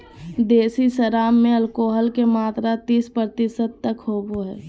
देसी शराब में एल्कोहल के मात्रा तीस प्रतिशत तक होबो हइ